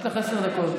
לך עשר דקות.